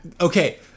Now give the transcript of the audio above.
okay